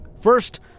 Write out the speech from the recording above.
First